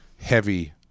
heavy